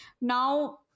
Now